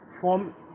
form